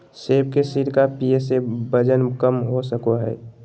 सेब के सिरका पीये से वजन कम हो सको हय